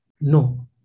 No